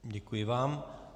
Děkuji vám.